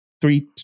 three